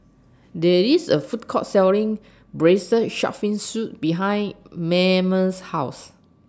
There IS A Food Court Selling Braised Shark Fin Soup behind Mayme's House